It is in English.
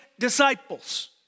Disciples